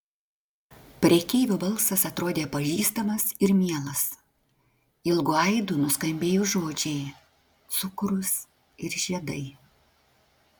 prekeivio balsas atrodė pažįstamas ir mielas ilgu aidu nuskambėjo žodžiai cukrus ir žiedai